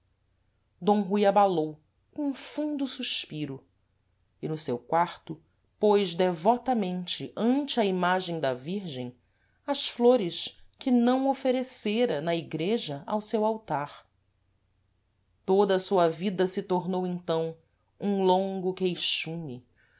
d rui abalou com um fundo suspiro e no seu quarto pôs devotamente ante a imagem da virgem as flores que não oferecera na igreja ao seu altar toda a sua vida se tornou então um longo queixume